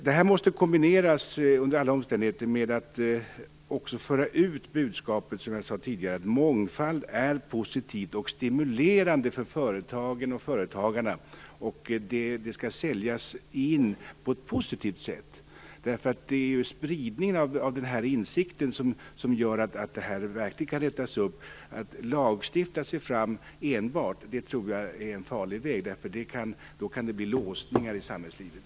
Det här måste under alla omständigheter kombineras med att man också, som jag sade tidigare, för ut budskapet att mångfald är positivt och stimulerande för företagen och företagarna. Det skall säljas in på ett positivt sätt. Det är spridningen av den insikten som gör att detta verkligen kan rätas upp, att enbart lagstifta sig fram tror jag är en farlig väg. Då kan det bli låsningar i samhällslivet.